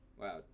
Wow